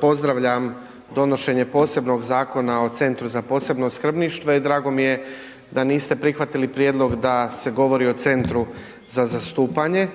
Pozdravljam donošenje posebnog Zakona o Centru za posebno skrbništvo i drago mi je da niste prihvatili prijedlog da se govori o centru za zastupanje.